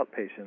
outpatients